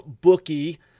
bookie